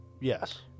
Yes